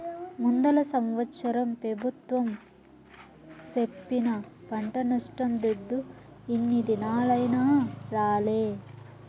ముందల సంవత్సరం పెబుత్వం సెప్పిన పంట నష్టం దుడ్డు ఇన్ని దినాలైనా రాలే